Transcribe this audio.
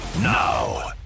now